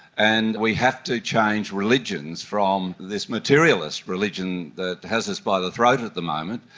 and we have to change religions from this materialist religion that has us by the throat at the moment,